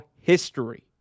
history